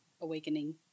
awakening